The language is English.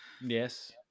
Yes